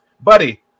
buddy